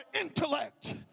intellect